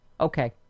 Okay